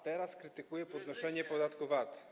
teraz krytykuje podnoszenie podatku VAT.